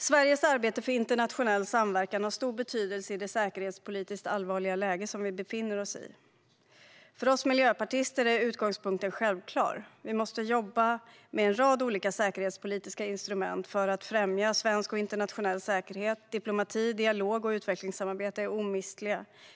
Sveriges arbete för internationell samverkan har stor betydelse i det säkerhetspolitiskt allvarliga läge som vi befinner oss i. För oss miljöpartister är utgångspunkten självklar. Vi måste jobba med en rad olika säkerhetspolitiska instrument för att främja svensk och internationell säkerhet. Diplomati, dialog och utvecklingssamarbete är omistligt.